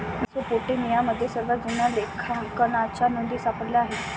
मेसोपोटेमियामध्ये सर्वात जुन्या लेखांकनाच्या नोंदी सापडल्या आहेत